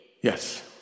Yes